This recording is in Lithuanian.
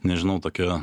nežinau tokia